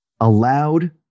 allowed